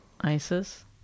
ISIS